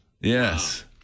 Yes